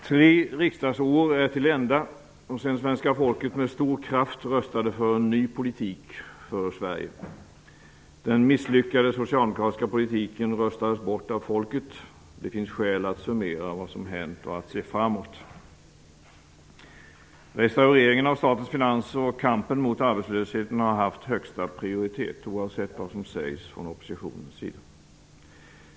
Tre riksdagsår har gått till ända sedan svenska folket med stor kraft röstade för en ny politik för Sverige. Den misslyckade socialdemokratiska politiken röstades bort av folket. Det finns skäl att summera vad som hänt och att se framåt. Restaureringen av statens finanser och kampen mot arbetslösheten har haft högsta prioritet, oavsett vad som sägs från oppositionens sida.